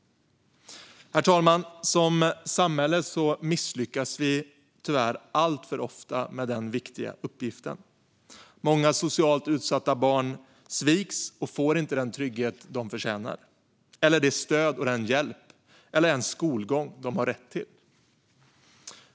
Som samhälle misslyckas vi tyvärr alltför ofta med denna viktiga uppgift. Många socialt utsatta barn sviks och får inte den trygghet som de förtjänar eller det stöd och den hjälp, eller ens skolgång, som de har rätt till.